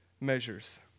measures